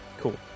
cool